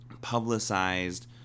publicized